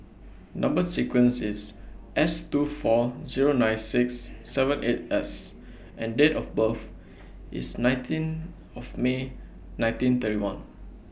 Number sequence IS S two four Zero nine six seven eight S and Date of birth IS nineteen of May nineteen thirty one